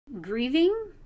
grieving